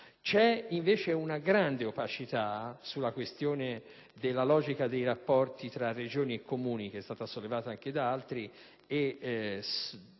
C'è, invece, una grande opacità sulla questione della logica dei rapporti tra Regioni e Comuni, evidenziata anche da altri